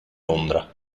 londra